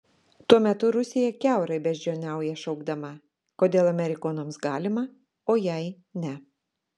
tuo metu rusija kiaurai beždžioniauja šaukdama kodėl amerikonams galima o jai ne